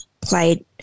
played